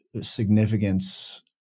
significance